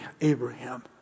Abraham